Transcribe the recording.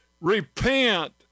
Repent